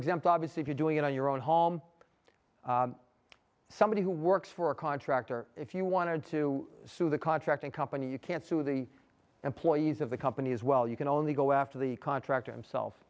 exempt obviously if you're doing it on your own home somebody who works for a contractor if you wanted to sue the contracting company you can't sue the employees of the company as well you can only go after the contractor himself